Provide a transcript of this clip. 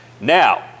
Now